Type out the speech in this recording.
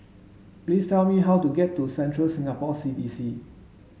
please tell me how to get to Central Singapore C D C